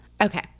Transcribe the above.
Okay